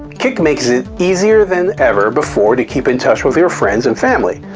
kik makes it easier than ever before to keep in touch with your friends and family.